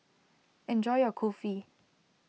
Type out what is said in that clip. enjoy your Kulfi